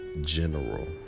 general